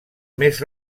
més